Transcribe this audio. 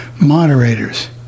moderators